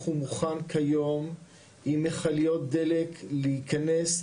ומוכן כיום עם מיכליות דלק להיכנס,